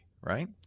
right